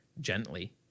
gently